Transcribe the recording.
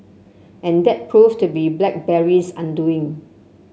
and that proved to be BlackBerry's undoing